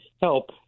help